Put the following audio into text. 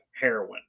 heroin